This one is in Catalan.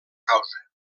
causa